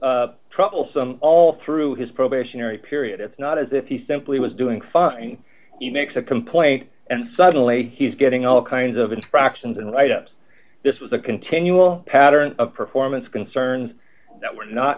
was troublesome all through his probationary period it's not as if he simply was doing fine he makes a complaint and suddenly he's getting all kinds of infractions and write ups this was a continual pattern of performance concerns that were not